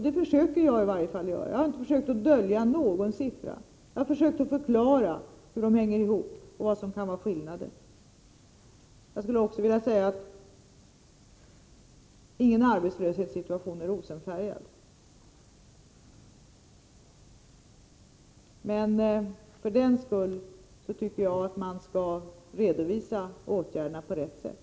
Det försöker i varje fall jag göra. Jag har inte försökt att dölja någon siffra. Jag har försökt att förklara hur siffrorna hänger ihop och vad som kan vara skillnaden. Vidare skulle jag vilja säga att ingen arbetslöshetssituation är rosafärgad. Men för den skull tycker jag att man skall redovisa åtgärderna på rätt sätt.